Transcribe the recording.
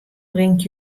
bringt